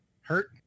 Hurt